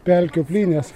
pelkių plynės